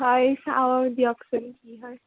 হয় চাওঁ দিয়কচোন কি হয়